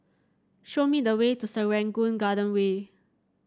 show me the way to Serangoon Garden Way